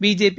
BJP